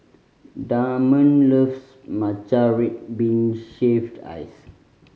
Damond loves matcha red bean shaved ice